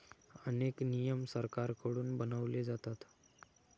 अनेक नियम सरकारकडून बनवले जातात